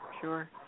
sure